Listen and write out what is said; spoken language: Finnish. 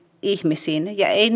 ihmisiin ei